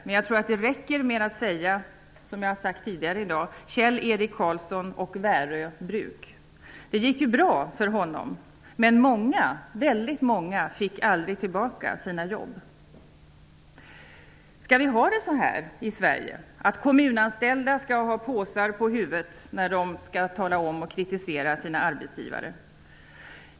Men jag tror att det räcker med att säga: Kjell-Erik Karlsson och Värö Bruk. Det gick bra för honom. Men många, väldigt många, fick aldrig tillbaka sina jobb. Skall vi ha det så i Sverige att en kommunanställd måste ha en påse på huvudet när han eller hon skall kritisera sin arbetsgivare?